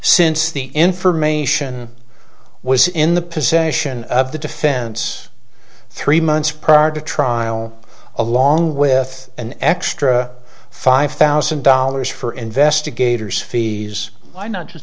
since the information was in the possession of the defense three months prior to trial along with an extra five thousand dollars for investigators fees why not just